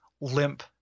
limp